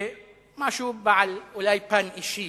משהו אולי בעל פן אישי,